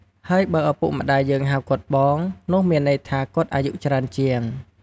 ហើយបើឪពុកម្តាយយើងហៅគាត់ "បង" នោះមានន័យថាគាត់អាយុច្រើនជាង។